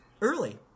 early